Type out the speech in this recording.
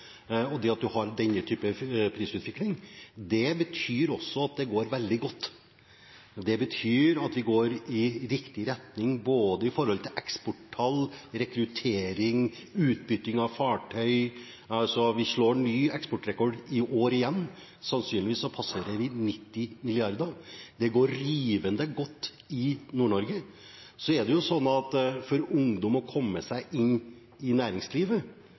og det at man har en slik prisutvikling, betyr også at det går veldig godt. Det betyr at det går i riktig retning både når det gjelder eksporttall, rekruttering og utbytting av fartøy – vi setter ny eksportrekord i år igjen, sannsynligvis passerer vi 90 mrd. kr. Det går rivende godt i Nord-Norge. Det er jo sånn at for ungdom å komme seg inn i næringslivet,